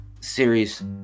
series